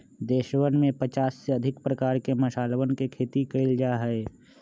देशवन में पचास से अधिक प्रकार के मसालवन के खेती कइल जा हई